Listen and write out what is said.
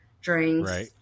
drinks